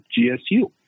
GSU